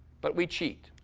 but we cheat.